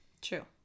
True